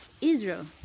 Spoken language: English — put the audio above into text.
Israel